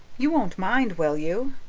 you won't mind, will you?